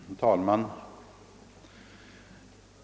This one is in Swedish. Herr talman!